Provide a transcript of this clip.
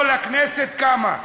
כל הכנסת קמה.